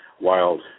wild